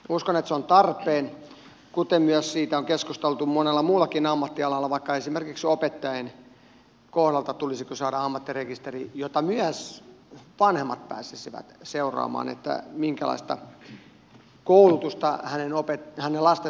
uskon että se on tarpeen kuten siitä on keskusteltu monella muullakin ammattialalla vaikka esimerkiksi opettajien kohdalta että tulisiko saada ammattirekisteri josta myös vanhemmat pääsisivät seuraamaan minkälaista koulutusta hänen lastensa opettajalla on